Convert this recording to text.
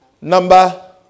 Number